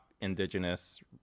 indigenous